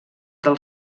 del